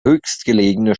höchstgelegene